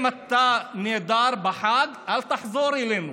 אם אתה נעדר בחג, אל תחזור אלינו?